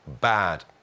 bad